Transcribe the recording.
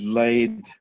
laid